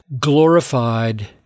glorified